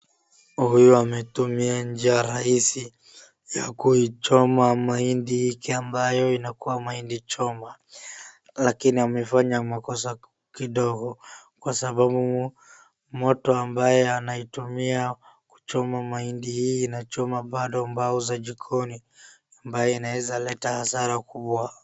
Huyu ametumia njia rahisi ya kuichoma mahindi hiki ambayo inakuwa mahindi choma. Lakini amefanya makosa kidogo, kwa sababu moto ambaye anayeitumia kuchoma mahindi hii inachoma bado mbao za jikoni, ambaye inaweza leta hasara kubwa.